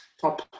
top